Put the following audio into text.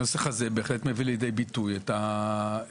שלא במקרה עתיד להיות יו"ר הוועדה לביטחון פנים,